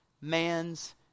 man's